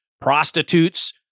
prostitutes